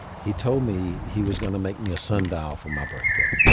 he told me he was going to make me a sundial for my birthday.